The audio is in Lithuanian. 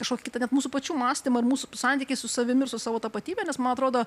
kažkokį kitą net mūsų pačių mąstymą ir mūsų santykį su savimi ir su savo tapatybe nes man atrodo